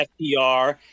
FDR